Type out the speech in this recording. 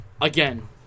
again